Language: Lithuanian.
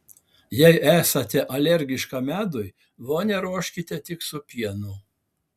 jei esate alergiška medui vonią ruoškite tik su pienu